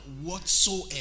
Whatsoever